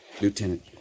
Lieutenant